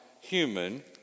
Human